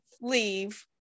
Leave